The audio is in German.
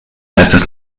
heißt